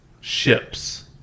ships